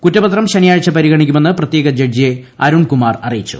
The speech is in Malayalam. കുറ്റപത്രം ശനിയാഴ്ച പരിഗണിക്കുമെന്ന് പ്രത്യേക ജഡ്ജി അരുൺ കുമാർ അറിയിച്ചു